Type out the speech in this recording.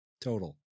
total